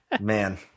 Man